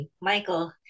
Michael